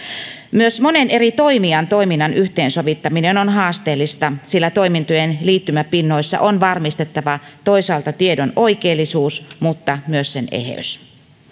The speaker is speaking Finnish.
myös monen eri toimijan toiminnan yhteensovittaminen on haasteellista sillä toimintojen liittymäpinnoissa on varmistettava toisaalta tiedon oikeellisuus mutta myös sen eheys